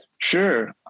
Sure